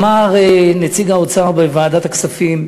ואמר נציג האוצר בוועדת הכספים: